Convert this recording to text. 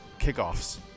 kickoffs